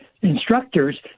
instructors